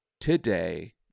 today